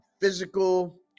physical